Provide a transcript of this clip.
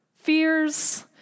Fears